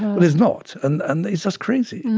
there's not, and and it's just crazy.